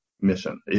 mission